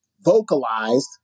vocalized